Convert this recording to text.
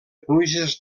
pluges